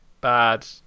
bad